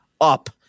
up